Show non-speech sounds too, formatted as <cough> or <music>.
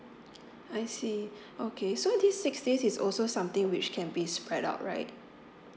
I see <breath> okay so this six days is also something which can be spread out right